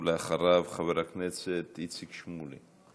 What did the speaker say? ואחריו, חבר הכנסת איציק שמולי.